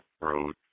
Road